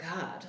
God